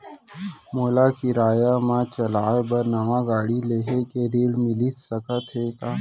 मोला किराया मा चलाए बर नवा गाड़ी लेहे के ऋण मिलिस सकत हे का?